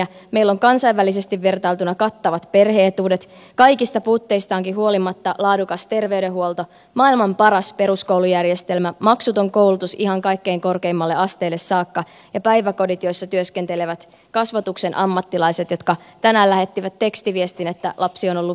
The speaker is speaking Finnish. meillä on kansainvälisesti vertailtuna kattavat perhe etuudet kaikista puutteistaankin huolimatta laadukas terveydenhuolto maailman paras peruskoulujärjestelmä maksuton koulutus ihan kaikkein korkeimmalle asteelle saakka ja päiväkodit joissa työskentelevät kasvatuksen ammattilaiset jotka tänään lähettivät tekstiviestin että lapsi on ollut virpomassa